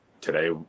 today